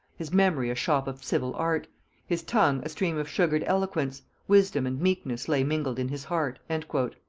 his memory a shop of civil art his tongue a stream of sugred eloquence, wisdom and meekness lay mingled in his heart. and c.